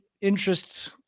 interest